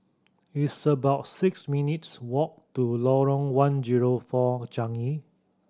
it's about six minutes' walk to Lorong One Zero Four Changi